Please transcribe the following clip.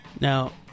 Now